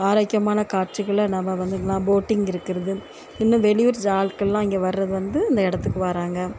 ஆரோக்கியமான காட்சிகளை நாம வந்து ந போட்டிங் இருக்கிறது இன்னும் வெளியூர் ஜ ஆட்கள்லாம் இங்கே வர்றது வந்து இந்த இடத்துக்கு வர்றாங்க